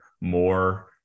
more